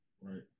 Right